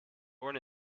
born